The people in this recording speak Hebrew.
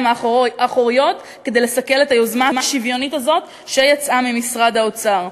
האחוריות כדי לסכל את היוזמה השוויונית הזאת שיצאה ממשרד האוצר.